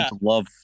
love